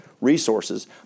resources